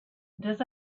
does